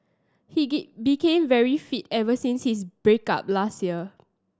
he became very fit ever since his break up last year